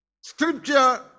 Scripture